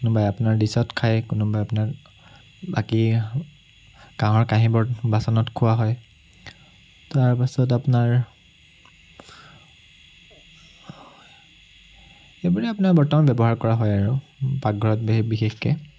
কোনোবাই আপোনাৰ ডিছত খায় কোনোবাই আপোনাৰ বাকী কাহঁৰ কাঁহীবোৰ বাচনত খোৱা হয় তাৰপাছত আপোনাৰ এইবোৰে আপোনাৰ বৰ্তমান ব্যৱহাৰ কৰা হয় আৰু পাকঘৰত বি বিশেষকৈ